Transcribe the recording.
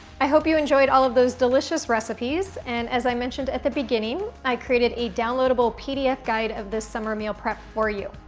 i hope you enjoyed all of those delicious recipes and as i mentioned at the beginning, i created a downloadable pdf guide of this summer meal prep for you.